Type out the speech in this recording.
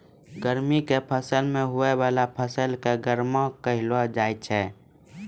गर्मी के मौसम मे हुवै वाला फसल के गर्मा कहलौ जाय छै